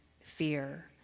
fear